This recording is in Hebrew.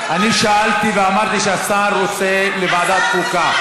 אני שאלתי ואמרתי שהשר רוצה לוועדת חוקה.